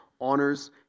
honors